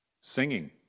Singing